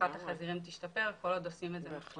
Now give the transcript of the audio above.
שרווחת החזירים תשתפר, כל עוד עושים את זה נכון.